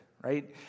right